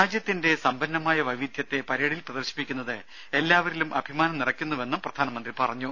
രാജ്യത്തിന്റെ സമ്പന്നമായ വൈവിധ്യത്തെ പരേഡിൽ പ്രദർശിപ്പിക്കുന്നത് എല്ലാവരിലും അഭിമാനം നിറക്കുന്നുവെന്നും പ്രധാനമന്ത്രി പറഞ്ഞു